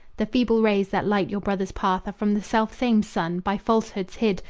the feeble rays that light your brother's path are from the selfsame sun, by falsehoods hid,